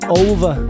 over